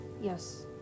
yes